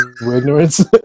ignorance